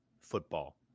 football